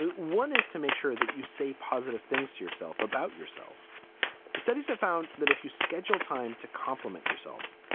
one is to make sure that you say positive things to yourself about yourself. the studies have found that if you schedule time to compliment yourself,